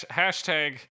hashtag